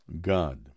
God